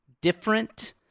different